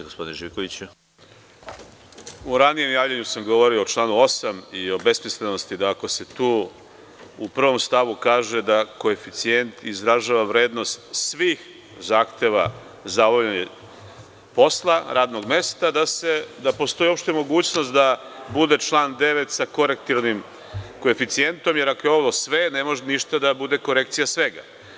U ranijem javljanju sam govorio o članu 8. i o besmislenosti da ako se tu u prvom stavu kaže da koeficijent izražava vrednost svih zahteva za obavljanje posla radnog mesta, da postoji uopšte mogućnost da bude član 9. sa korektivnim koeficijentom, jer ako je ovo sve, ne može ništa da bude korekcija svega.